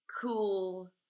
cool